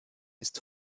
ist